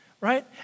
right